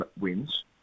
wins